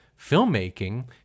filmmaking